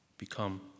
become